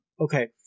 okay